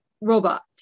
robot